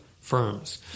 firms